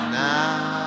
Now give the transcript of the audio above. now